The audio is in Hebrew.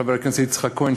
חבר הכנסת יצחק כהן,